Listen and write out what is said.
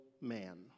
man